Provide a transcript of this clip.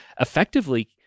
effectively